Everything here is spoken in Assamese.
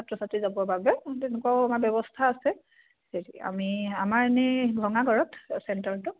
ছাত্ৰ ছাত্ৰী যাবৰ বাবে তেনেকুৱাও আমাৰ ব্যৱস্থা আছে আমি আমাৰ এনেই ভঙাগড়ত চেণ্টাৰটো